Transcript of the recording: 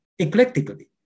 eclectically